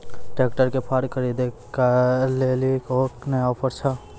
Tractor के फार खरीदारी के लिए नया ऑफर छ?